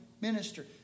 minister